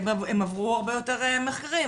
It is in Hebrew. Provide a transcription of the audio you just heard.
הם עברו הרבה יותר מחקרים.